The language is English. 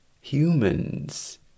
humans